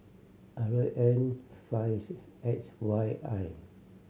R N fives X Y I